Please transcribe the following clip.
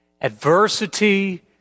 Adversity